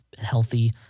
healthy